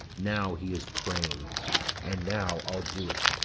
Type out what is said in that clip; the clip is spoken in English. now he is praying and now i'll do't